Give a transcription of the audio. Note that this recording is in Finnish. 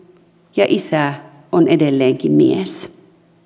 ja isä on edelleenkin mies